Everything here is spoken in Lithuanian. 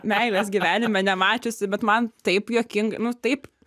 meilės gyvenime nemačiusi bet man taip juokinga nu taip